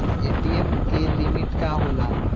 ATM की limit का होला?